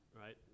right